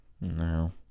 No